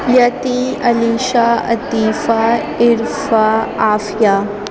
یتّی Alisha Atifa Arfa Aafia